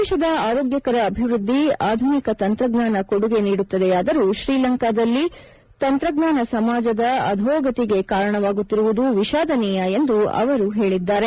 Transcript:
ದೇಶದ ಆರೋಗ್ಯಕರ ಅಭಿವ್ವದ್ಲಿ ಆಧುನಿಕ ತಂತ್ರಜ್ಞಾನ ಕೊಡುಗೆ ನೀಡುತ್ತದೆಯಾದರೂ ಶ್ರಿಲಂಕಾದಲ್ಲಿ ತಂತ್ರಜ್ಞಾನ ಸಮಾಜದ ಅಧೋಗತಿಗೆ ಕಾರಣವಾಗುತ್ತಿರುವುದು ವಿಶಾದನೀಯ ಎಂದು ಅವರು ಹೇಳಿದ್ಗಾರೆ